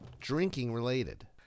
drinking-related